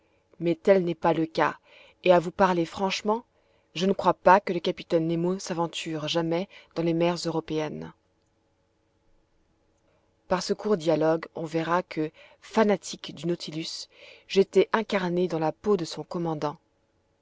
mais tel n'est pas le cas et à vous parler franchement je ne crois pas que le capitaine nemo s'aventure jamais dans les mers européennes par ce court dialogue on verra que fanatique du nautilus j'étais incarné dans la peau de son commandant